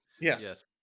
Yes